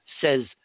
says